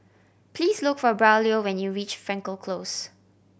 please look for Braulio when you reach Frankel Close